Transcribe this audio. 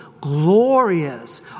glorious